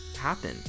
happen